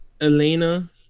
Elena